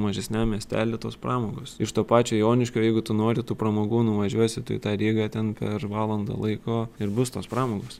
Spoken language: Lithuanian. mažesniam miestely tos pramogos iš to pačio joniškio jeigu tu nori tų pramogų nuvažiuosi tu į tą rygą ten per valandą laiko ir bus tos pramogos